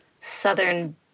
southern